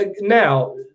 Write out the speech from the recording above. now